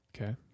Okay